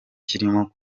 kirimo